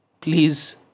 Please